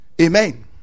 Amen